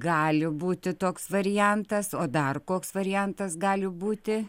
gali būti toks variantas o dar koks variantas gali būti